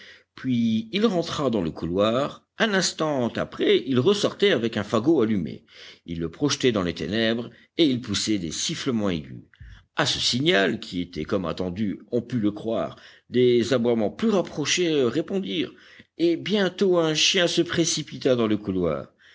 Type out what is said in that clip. puis il rentra dans le couloir un instant après il ressortait avec un fagot allumé il le projetait dans les ténèbres et il poussait des sifflements aigus à ce signal qui était comme attendu on eût pu le croire des aboiements plus rapprochés répondirent et bientôt un chien se précipita dans le couloir